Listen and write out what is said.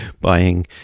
buying